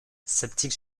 sceptique